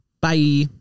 Bye